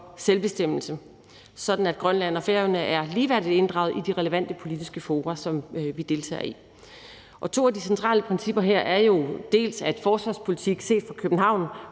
selvbestemmelse, sådan at Grønland og Færøerne er ligeværdigt inddraget i de relevante politiske fora, som vi deltager i. Og nogle af de centrale principper her er jo, at forsvarspolitik set fra København